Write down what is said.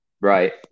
Right